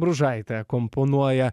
bružaitė komponuoja